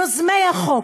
יוזמי החוק,